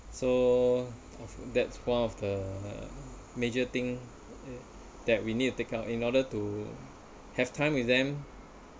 so that's one of the major thing that we need to take out in order to have time with them